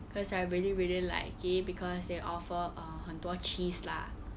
cause I really really like it because they offer err 很多 cheese lah